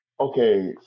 Okay